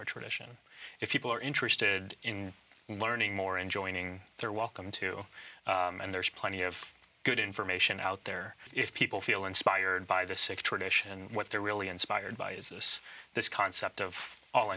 our tradition if people are interested in learning more and joining they're welcome to and there's plenty of good information out there if people feel inspired by the six tradition and what they're really inspired by is this this concept of all